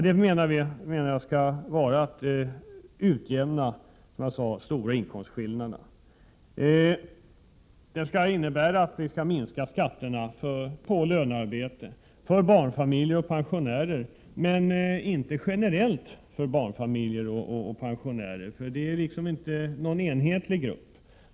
Vi menar att man skall utjämna de stora inkomstskillnaderna och minska skatterna på lönearbete och för barnfamiljer och pensionärer. Men man skall inte göra detta generellt för alla barnfamiljer och pensionärer, eftersom detta ju inte är någon enhetlig grupp.